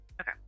Okay